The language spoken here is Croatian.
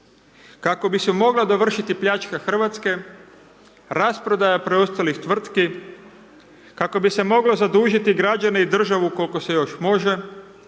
kako bi se mogla dovršiti pljačka Hrvatske, rasprodaja preostalih tvrtki, kako bi se moglo zadužiti građane i države kol'ko se još može,